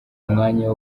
umwanya